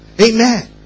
Amen